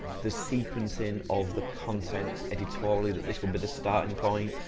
the sequencing of the content editorially that this will be the starting point,